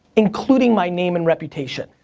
including my name and reputation.